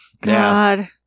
God